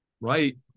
right